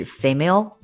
female